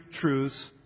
truths